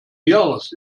jahres